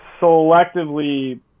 selectively